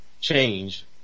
change